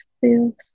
feels